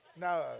No